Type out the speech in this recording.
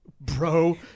bro